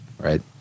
right